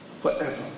forever